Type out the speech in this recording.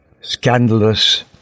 scandalous